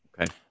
Okay